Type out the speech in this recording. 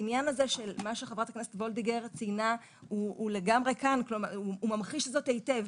מה שחברת הכנסת וולדיגר ציינה ממחיש זאת היטב.